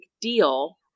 deal